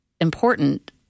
important